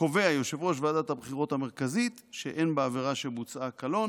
קובע יושב-ראש ועדת הבחירות המרכזית שאין בעבירה שבוצעה קלון.